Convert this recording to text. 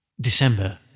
December